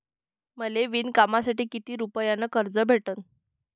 मले विणकामासाठी किती रुपयानं कर्ज भेटन?